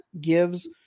gives